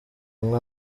umwe